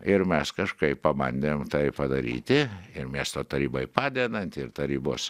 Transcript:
ir mes kažkaip pabandėm tai padaryti ir miesto tarybai padedant ir tarybos